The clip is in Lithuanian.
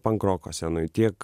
pankroko scenoj tiek